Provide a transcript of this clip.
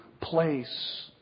place